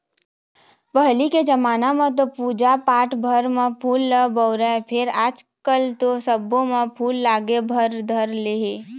पहिली के जमाना म तो पूजा पाठ भर म फूल ल बउरय फेर आजकल तो सब्बो म फूल लागे भर धर ले हे